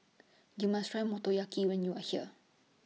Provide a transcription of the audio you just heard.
YOU must Try Motoyaki when YOU Are here